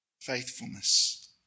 faithfulness